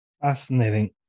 fascinating